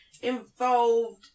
involved